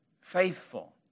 faithful